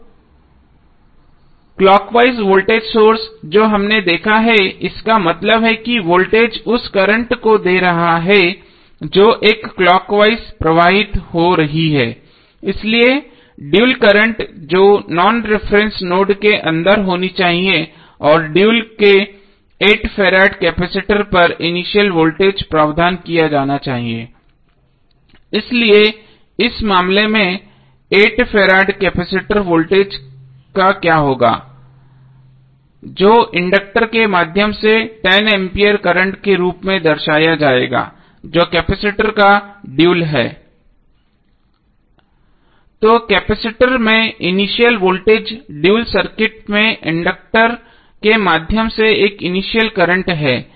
अब clockwise voltage source जो हमने देखा है इसका मतलब है कि वोल्टेज उस करंट को दे रहा है जो एक क्लॉकवाइज प्रवाहित हो रही है इसलिए ड्यूल करंट होगी जो नॉन रिफरेन्स नोड के अंदर होनी चाहिए और ड्यूल के 8 फैराड कैपेसिटर पर इनिशियल वोल्टेज प्रावधान किया जाना चाहिए इसलिए इस मामले में 8 फैराड कैपेसिटर वोल्टेज का क्या होगा जो कि इंडक्टर के माध्यम से 10 एम्पीयर करंट के रूप में दर्शाया जाएगा जो कैपेसिटर का ड्यूल है तो कैपेसिटर में इनिशियल वोल्टेज ड्यूल सर्किट में इंडक्टर के माध्यम से एक इनिशियल करंट है